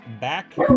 back